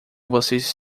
vocês